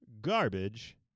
garbage